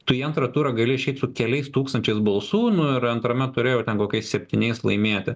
tu į antrą turą gali išeit su keliais tūkstančiais balsų nu ir antrame ture jau ten kokiais septyniais laimėti